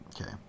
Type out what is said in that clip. Okay